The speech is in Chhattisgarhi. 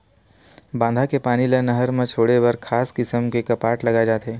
बांधा के पानी ल नहर म छोड़े बर खास किसम के कपाट लगाए जाथे